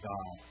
God